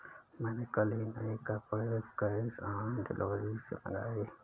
मैंने कल ही नए कपड़े कैश ऑन डिलीवरी से मंगाए